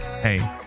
Hey